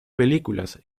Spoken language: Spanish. películas